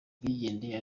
bigendeye